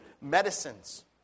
medicines